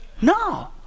No